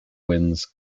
winds